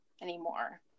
anymore